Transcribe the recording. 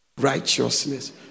righteousness